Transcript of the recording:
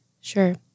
Sure